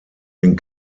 den